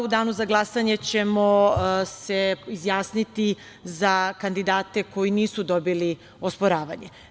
U danu za glasanje ćemo se izjasniti za kandidate koji nisu dobili osporavanje.